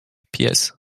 pies